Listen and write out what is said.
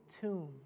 tomb